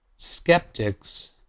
skeptics